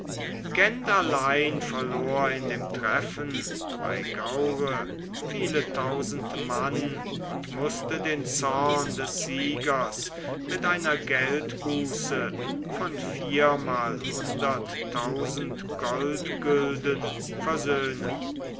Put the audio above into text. gent allein verlor in dem treffen bei gavre viele tausend mann und mußte den zorn des siegers mit einer geldbuße von viermalhunderttausend goldgulden versöhnen